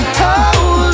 hold